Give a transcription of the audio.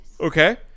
Okay